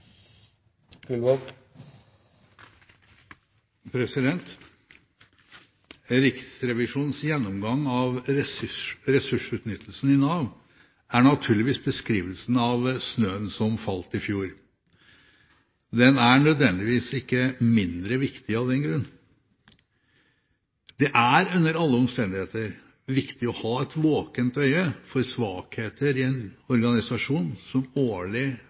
naturligvis beskrivelsen av snøen som falt i fjor. Den er nødvendigvis ikke mindre viktig av den grunn. Det er under alle omstendigheter viktig å ha et våkent øye for svakheter i en organisasjon som årlig